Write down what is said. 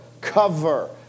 cover